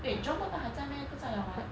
wait jurong bird park 还在 meh 不在了 [what]